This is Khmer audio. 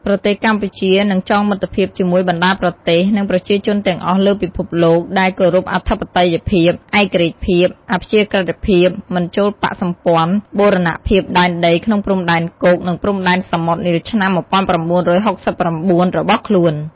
ប្រទេសកម្ពុជានឹងចងមិត្តភាពជាមួយបណ្តាប្រទេស និងប្រជាជនទាំងអស់លើពិភពលោក ដែលគោរពអធិបតេយ្យភាព ឯករាជ្យភាព អព្យាក្រឹតភាព មិនចូលបក្សសម្ព័ន្ធ បូរណភាពដែនដីក្នុងព្រំដែនគោក និងព្រំដែនសមុទ្រនាឆ្នាំ១៩៦៩ របស់ខ្លួន។